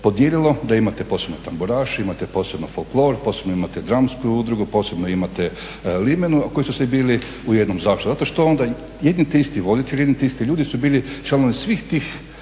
podijelilo da imate posebno tamburaše, imate posebno folklor, posebno imate dramsku udrugu, posebno imate limenu koji su svi bili u jednom. Zato što onda jedni te isti voditelji, jedni te isti ljudi su bili članovi svih tih